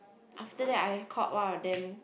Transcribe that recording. after that I caught one of them